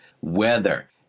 weather